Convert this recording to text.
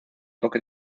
toque